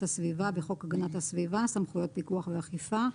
הסביבה בחוק הגנת הסביבה (סמכויות פיקוח ואכיפה),